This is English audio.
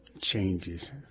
changes